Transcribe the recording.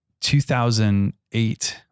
2008